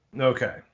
okay